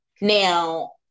Now